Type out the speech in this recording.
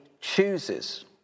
chooses